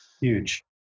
Huge